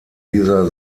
dieser